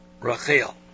Rachel